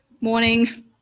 morning